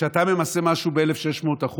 כשאתה ממסה משהו ב-1,600%,